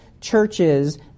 churches